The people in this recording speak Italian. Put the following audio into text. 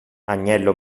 agnello